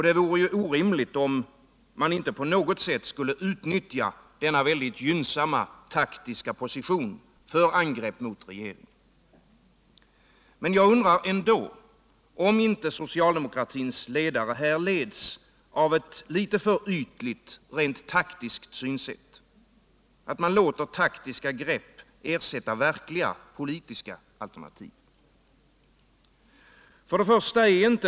Det vore orimligt, om man inte på något sätt skulle utnyttja denna mycket gynnsamma taktiska position för angrepp mot regeringen. Men jag undrar ändå om inte socialdemokratin här leds av ett alltför ytligt, rent taktiskt synsätt, så att man låter taktiska grepp ersätta verkliga politiska alternativ.